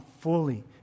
fully